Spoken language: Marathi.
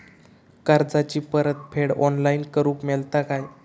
कर्जाची परत फेड ऑनलाइन करूक मेलता काय?